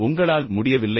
உங்களால் முடியவில்லையா